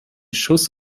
schuss